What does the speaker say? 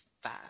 five